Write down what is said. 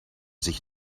zich